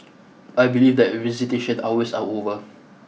I believe that visitation hours are over